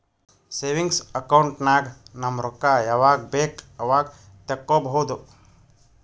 savings account ನಾಗ್ ನಮ್ ರೊಕ್ಕಾ ಯಾವಾಗ ಬೇಕ್ ಅವಾಗ ತೆಕ್ಕೋಬಹುದು